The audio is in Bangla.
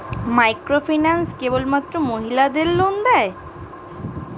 মাইক্রোফিন্যান্স কেবলমাত্র মহিলাদের লোন দেয়?